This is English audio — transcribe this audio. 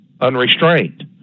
unrestrained